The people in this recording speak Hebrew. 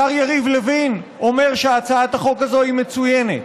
השר יריב לוין אומר שהצעת החוק הזו היא מצוינת.